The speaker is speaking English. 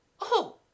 Oh